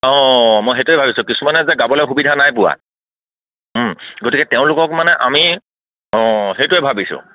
অঁ মই সেইটোৱে ভাবিছোঁ কিছুমানে যে গাবলে সুবিধা নাই পোৱা গতিকে তেওঁলোকক মানে আমি অঁ সেইটোৱে ভাবিছোঁ